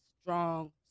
strong